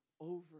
over